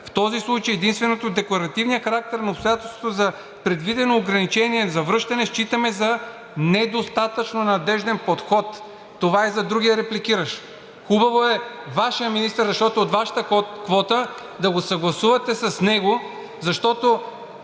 В този случай единственото, декларативният характер на обстоятелството за предвидено ограничение за връщане, считаме за недостатъчно надежден подход. Това е за другия репликиращ. Хубаво е Вашият министър, защото е от Вашата квота, да го съгласувате с него, защото